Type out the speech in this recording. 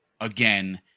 again